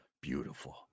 beautiful